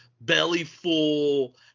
belly-full